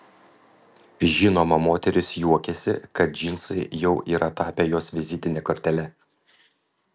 žinoma moteris juokiasi kad džinsai jau yra tapę jos vizitine kortele